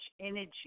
energy